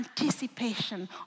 anticipation